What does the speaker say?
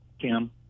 Kim